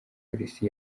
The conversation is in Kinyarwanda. polisi